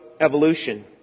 evolution